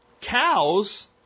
Cows